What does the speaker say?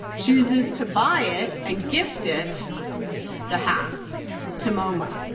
chooses to buy it and gift it the half to moma.